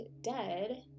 dead